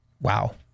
wow